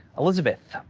elisabeth,